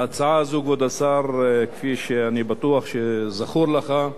ההצעה הזו, כבוד השר, כפי שאני בטוח שזכור לך,